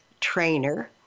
trainer